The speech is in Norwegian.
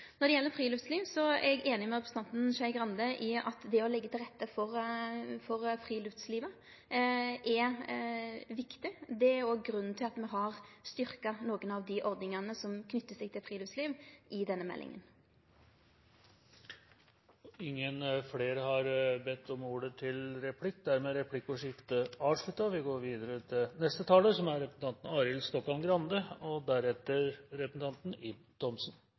Når det gjeld friluftsliv, er eg einig med representanten Skei Grande. Det å leggje til rette for friluftslivet, er viktig. Det er òg grunnen til at me har styrkt nokre av dei ordningane som knyter seg til friluftslivet, i denne meldinga. Dermed er replikkordskiftet avsluttet. Mange har